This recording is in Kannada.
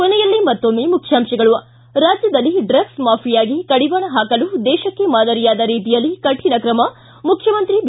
ಕೊನೆಯಲ್ಲಿ ಮತ್ತೊಮ್ಮೆ ಮುಖ್ಯಾಂತಗಳು ಿ ರಾಜ್ಜದಲ್ಲಿ ಡ್ರಗ್ಸ್ ಮಾಫಿಯಾಗೆ ಕಡಿವಾಣ ಹಾಕಲು ದೇಶಕ್ಕೇ ಮಾದರಿಯಾದ ರೀತಿಯಲ್ಲಿ ಕಠಿಣ ಕ್ರಮ ಮುಖ್ಚಮಂತ್ರಿ ಬಿ